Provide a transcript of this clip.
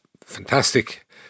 fantastic